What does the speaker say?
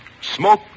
smoke